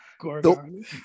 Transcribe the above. Gorgon